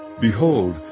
Behold